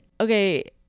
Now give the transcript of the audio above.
okay